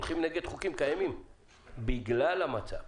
הולכים נגד חוקים קיימים בגלל המצב.